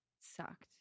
sucked